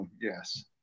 Yes